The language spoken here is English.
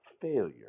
failure